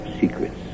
secrets